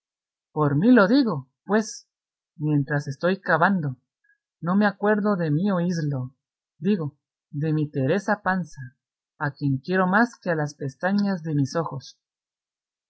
por mí lo digo pues mientras estoy cavando no me acuerdo de mi oíslo digo de mi teresa panza a quien quiero más que a las pestañas de mis ojos